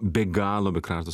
be galo be krašto